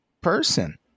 person